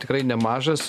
tikrai nemažas